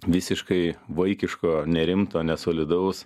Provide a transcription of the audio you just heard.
visiškai vaikiško nerimto nesolidaus